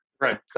right